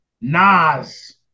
Nas